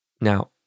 Now